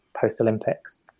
post-olympics